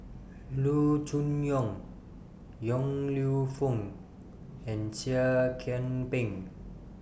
Loo Choon Yong Yong Lew Foong and Seah Kian Peng